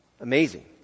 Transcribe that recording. Amazing